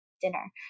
dinner